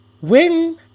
win